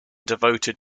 devoted